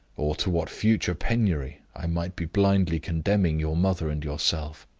or to what future penury i might be blindly condemning your mother and yourself.